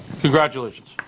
Congratulations